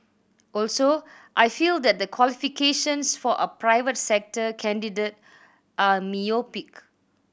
also I feel that the qualifications for a private sector candidate are myopic